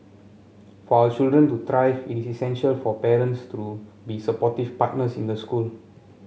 for our children to thrive it is essential for parents to be supportive partners in the school